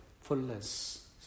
fullness